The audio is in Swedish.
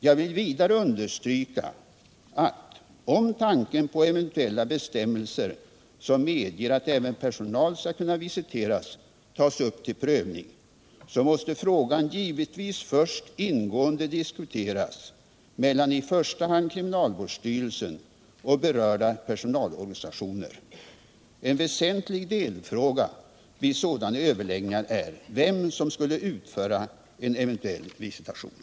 Jag vill vidare understryka att om tanken på eventuella bestämmelser som medger att även personal skall kunna visiteras tas upp till prövning, måste frågan givetvis först ingående diskuteras mellan i första hand kriminalvårdsstyrelsen och berörda personalorganisationer. En väsentlig delfråga vid sådana överläggningar är vem som skulle utföra en eventuell visitation.